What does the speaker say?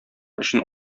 өчен